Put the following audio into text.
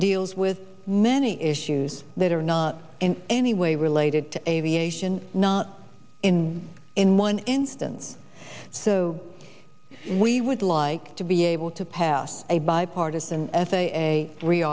deals with many issues that are not in any way related to aviation not in in one instance so we would like to be able to pass a bipartisan f a a